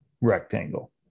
rectangle